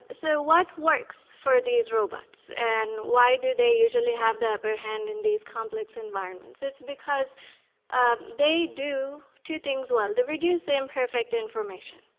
so what works for these robots? and why do they usually have the upper hand in these complex environments? it's because ah they do two things well. they reduce the imperfect information,